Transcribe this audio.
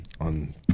on